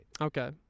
Okay